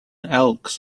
elks